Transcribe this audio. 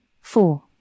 Four